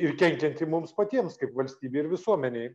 ir kenkianti mums patiems kaip valstybei ir visuomenei